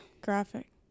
graphic